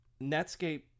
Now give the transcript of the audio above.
Netscape